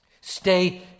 Stay